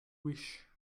wish